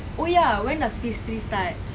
oh ya when does phase three start